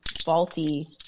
faulty